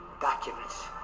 documents